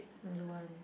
don't want